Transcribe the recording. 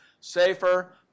safer